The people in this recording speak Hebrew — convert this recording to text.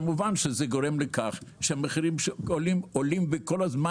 כמובן שזה גורם לכל שהמחירים עולים וכל הזמן